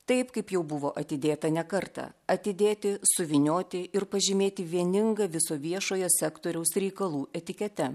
taip kaip jau buvo atidėta ne kartą atidėti suvynioti ir pažymėti vieninga viso viešojo sektoriaus reikalų etikete